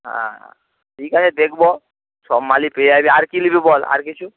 হ্যাঁ ঠিক আছে দেখব সব মালই পেয়ে যাবি আর কী নিবি বল আর কিছু